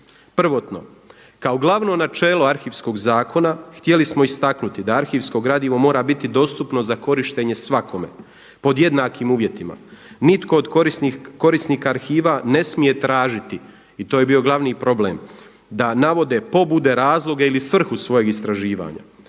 Prvotno kao glavno načelo Arhivskog zakona htjeli smo istaknuti da arhivsko gradivo mora biti dostupno za korištenje svakome pod jednakim uvjetima. Nitko od korisnika arhiva ne smije tražiti i to je bio glavni problem, da navode pobude, razloge ili svrhu svojeg istraživanja.